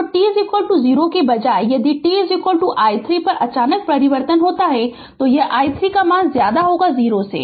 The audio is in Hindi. तो t 0 के बजाय यदि t i 3 पर अचानक परिवर्तन होता है जो कि i 3 0 है